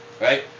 Right